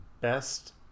best